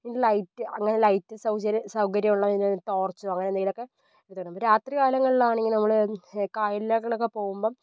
പിന്നെ ലൈറ്റ് അങ്ങനെ ലൈറ്റ് സൗജര്യ സൗകര്യമുള്ളതിന് ടോർച്ച് അങ്ങനെ എന്തെങ്കിലുമൊക്കെ എടുത്ത് വെക്കണം രാത്രി കാലങ്ങളിലാണെങ്കിൽ നമ്മൾ കായലുകളിലൊക്കെ പോകുമ്പം